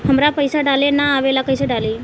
हमरा पईसा डाले ना आवेला कइसे डाली?